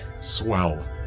Swell